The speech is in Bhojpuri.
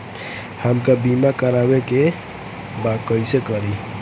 हमका बीमा करावे के बा कईसे करी?